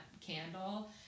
candle